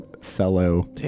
fellow